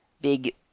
big